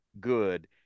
good